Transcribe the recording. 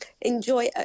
enjoy